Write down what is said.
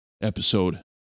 episode